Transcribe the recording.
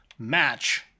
match